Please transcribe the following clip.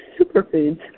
superfoods